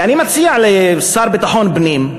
ואני מציע לשר לביטחון פנים,